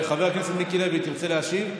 חבר הכנסת מיקי לוי, תרצה להשיב?